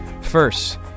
First